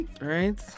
right